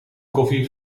koffie